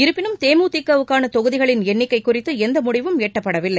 இருப்பினும் தேமுதிக வுக்கான தொகுதிகளின் எண்ணிக்கை குறித்து எந்த முடிவும் எட்டப்படவில்லை